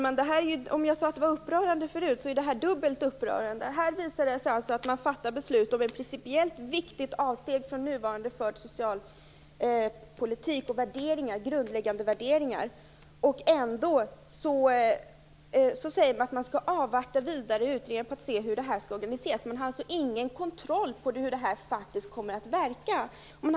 Fru talman! Om jag sade att det var upprörande förut, är det här dubbelt upprörande. Det visar sig här att man fattar beslut om ett principiellt viktigt avsteg från nuvarande socialpolitik och grundläggande värderingar. Ändå säger Christina Pettersson att vi skall avvakta vidare utredningar för att se hur åtgärderna skall organiseras. Man har alltså ingen kontroll och vet inte vad dessa bestämmelser kommer att få för verkan.